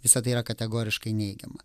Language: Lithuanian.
visa tai yra kategoriškai neigiama